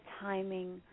timing